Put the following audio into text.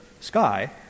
sky